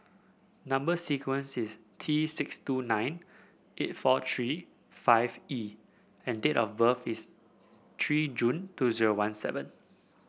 number sequence is T six two nine eight four three five E and date of birth is three June two zero one seven